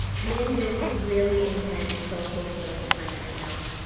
given this really intense social political climate right now,